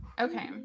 Okay